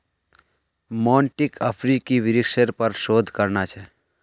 मोंटीक अफ्रीकी वृक्षेर पर शोध करना छ